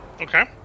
Okay